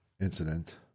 incident